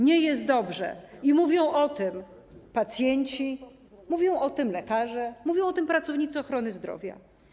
Nie jest dobrze i mówią o tym pacjenci, mówią o tym lekarze, mówią o tym pracownicy ochrony zdrowia.